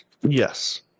Yes